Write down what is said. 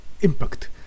impact